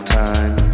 time